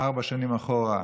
ארבע שנים אחורה,